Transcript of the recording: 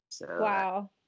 Wow